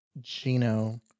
Gino